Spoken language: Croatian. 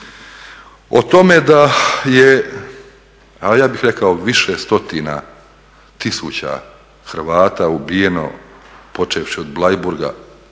O tome da je ja bih rekao više stotina tisuća Hrvata ubijeno, počevši od Bleiburga